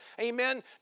Amen